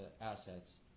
assets